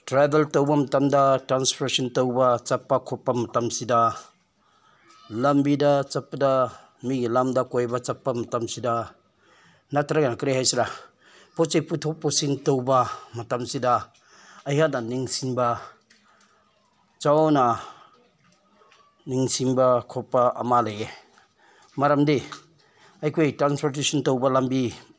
travel ꯇꯧꯕ ꯃꯇꯝꯗ transportation ꯇꯧꯕ ꯆꯠꯄ ꯈꯣꯠꯄ ꯃꯇꯝꯁꯤꯗ ꯂꯝꯕꯤꯗ ꯆꯠꯄꯗ ꯃꯤꯒꯤ ꯂꯝꯗ ꯀꯣꯏꯕ ꯆꯠꯄ ꯃꯇꯝꯁꯤꯗ ꯅꯠꯇ꯭ꯔꯒꯅ ꯀꯔꯤ ꯍꯥꯏꯁꯤꯔꯥ ꯄꯣꯠ ꯆꯩ ꯄꯨꯊꯣꯛ ꯄꯨꯁꯤꯟ ꯇꯧꯕ ꯃꯇꯝꯁꯤꯗ ꯑꯩꯍꯥꯛꯅ ꯅꯤꯡꯁꯤꯡꯕ ꯆꯥꯎꯔꯥꯛꯅ ꯅꯤꯡꯁꯤꯡꯕ ꯈꯣꯠꯄ ꯑꯃ ꯂꯩꯌꯦ ꯃꯔꯝꯗꯤ ꯑꯩꯈꯣꯏ ꯇ꯭ꯔꯥꯟꯁꯄꯣꯔꯇꯦꯁꯟ ꯇꯧꯕ ꯂꯝꯕꯤ